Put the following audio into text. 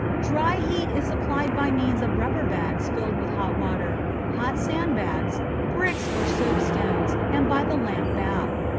dry heat is applied by means of rubber bags filled with hot water, hot-sand bags, bricks, or soapstones, and by the lamp bath.